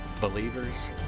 Believers